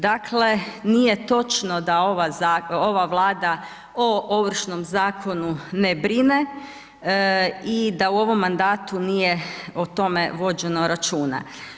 Dakle, nije točno da ova Vlada o Ovršnom zakonu ne brine i da u ovom mandatu nije o tome vođeno računa.